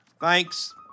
thanks